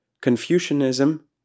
Confucianism